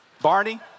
Barney